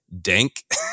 Dank